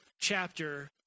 chapter